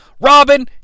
Robin